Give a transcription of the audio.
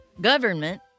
government